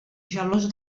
gelós